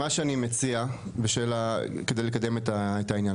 טוב, מה שאני מציע כדי לקדם את העניין.